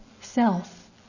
self